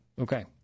okay